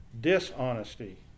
dishonesty